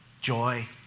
joy